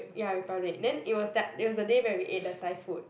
ya with Republic then it was that it was the day where we ate the Thai food